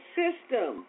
system